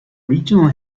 regional